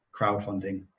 crowdfunding